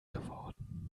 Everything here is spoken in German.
geworden